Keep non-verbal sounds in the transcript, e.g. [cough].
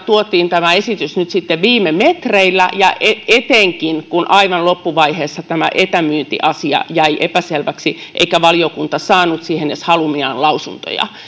[unintelligible] tuotiin tämä esitys nyt sitten viime metreillä etenkin kun aivan loppuvaiheessa tämä etämyyntiasia jäi epäselväksi eikä valiokunta saanut siihen edes haluamiaan lausuntoja